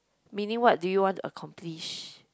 meaning what do you want to accomplish